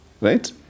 Right